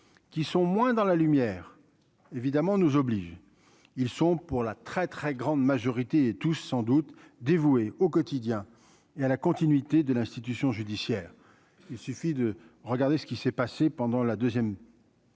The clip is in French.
qui sont moins dans la lumière, évidemment nous oblige, ils sont pour la très très grande majorité et tous sans doute dévoué au quotidien et à la continuité de l'institution judiciaire, il suffit de regarder ce qui s'est passé pendant la 2ème.